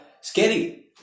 scary